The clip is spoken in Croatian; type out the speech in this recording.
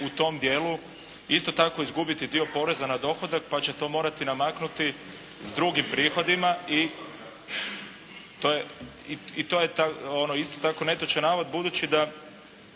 u tom dijelu isto tako izgubiti dio poreza na dohodak pa će to morati namaknuti s drugim prihodima. I to je ono isto tako netočan navod. Budući da